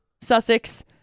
Sussex